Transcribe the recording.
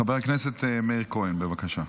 חבר הכנסת מאיר כהן, בבקשה.